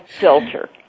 filter